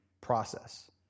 process